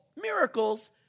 miracles